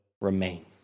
remain